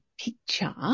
picture